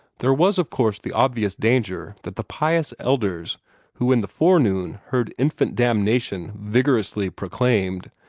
there was of course the obvious danger that the pious elders who in the forenoon heard infant damnation vigorously proclaimed,